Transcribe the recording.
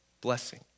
blessing